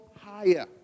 higher